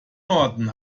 norden